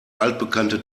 altbekannte